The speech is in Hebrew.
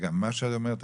מה שאת אומרת,